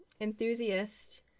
enthusiast